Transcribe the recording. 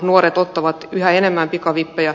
nuoret ottavat yhä enemmän pikavippejä